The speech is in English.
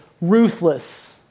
ruthless